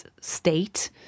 state